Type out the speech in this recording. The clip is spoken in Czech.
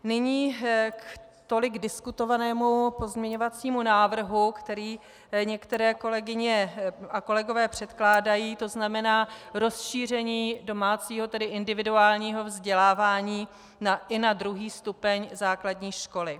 Nyní k tolik diskutovanému pozměňovacímu návrhu, který některé kolegyně a kolegové předkládají, to znamená rozšíření domácího, tedy individuálního vzdělávání i na druhý stupeň základní školy.